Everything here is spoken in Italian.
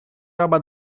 roba